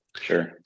Sure